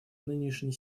нынешней